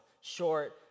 Short